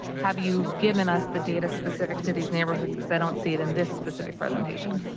have you given us the data specifics to these neighborhoods because i don't see it in this specific presentation.